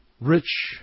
rich